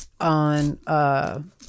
on